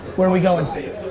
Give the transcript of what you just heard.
where we going?